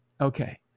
Okay